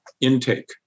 Intake